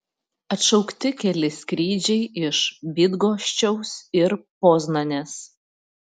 atšaukti keli skrydžiai iš bydgoščiaus ir poznanės